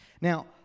Now